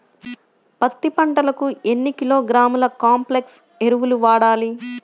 పత్తి పంటకు ఎన్ని కిలోగ్రాముల కాంప్లెక్స్ ఎరువులు వాడాలి?